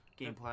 gameplay